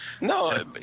No